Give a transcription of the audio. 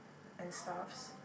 and stuffs